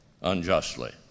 unjustly